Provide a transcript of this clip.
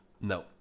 No